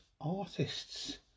artists